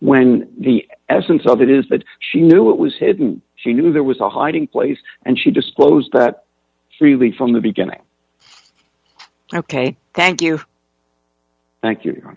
when the essence of it is that she knew it was hidden she knew there was a hiding place and she disclosed that really from the beginning ok thank you thank you